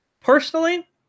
personally